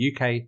UK